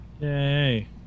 Yay